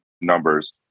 numbers